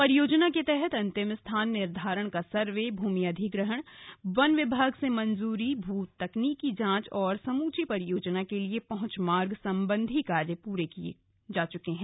परियोजना के तहत अंतिम स्थान निर्धारण का सर्वे भूमि अधिग्रहण वन विभाग से मंजूरी भू तकनीकी जांच और समूची परियोजना के लिए पहुंच मार्ग संबंधी कार्य पूरे कर लिये गये हैं